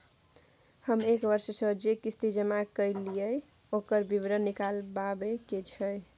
हम एक वर्ष स जे किस्ती जमा कैलौ, ओकर विवरण निकलवाबे के छै?